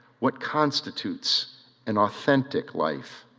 what constitutes an authentic life?